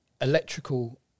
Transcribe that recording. electrical